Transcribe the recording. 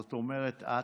זאת אומרת את,